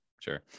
sure